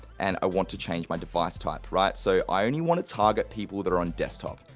and i want to change my device type, right. so, i only wanna target people that are on desktop,